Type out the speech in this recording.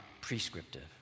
prescriptive